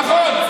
נכון.